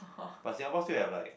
but Singapore still have like